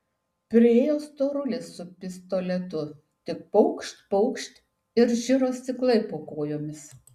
priėjo storulis su pistoletu tik paukšt paukšt ir žiro stiklai po kojomis